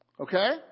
Okay